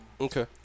Okay